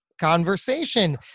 conversation